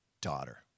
daughter